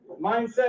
mindset